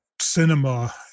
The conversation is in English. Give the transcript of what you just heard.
cinema